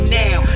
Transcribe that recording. now